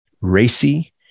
racy